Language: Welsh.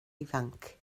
ifanc